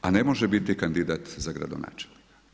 A ne može biti kandidat za gradonačelnika.